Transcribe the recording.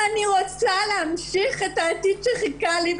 אני רוצה להמשיך את העתיד שחיכה לי.